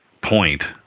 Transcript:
point